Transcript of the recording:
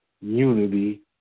unity